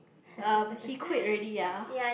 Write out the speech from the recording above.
um he quit already ah